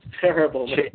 terrible